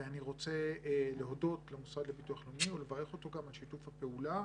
ואני רוצה להודות למוסד לביטוח לאומי ולברך אותו גם על שיתוף הפעולה